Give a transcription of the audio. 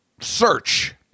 search